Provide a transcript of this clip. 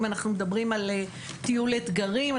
אם אנחנו מדברים על טיול אתגרים,